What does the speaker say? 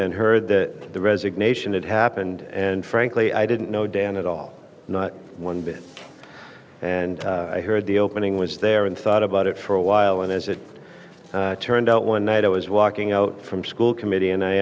and heard that the resignation it happened and frankly i didn't know dan at all not one bit and i heard the opening was there and thought about it for a while and as it turned out one night i was walking out from school committee and i